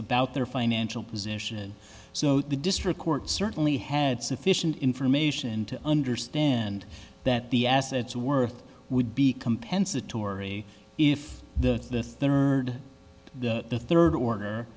about their financial position so the district court certainly had sufficient information to understand that the assets worth would be compensatory if the third the third order